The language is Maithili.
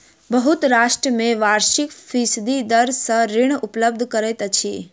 बहुत राष्ट्र में वार्षिक फीसदी दर सॅ ऋण उपलब्ध करैत अछि